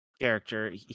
character